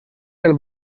del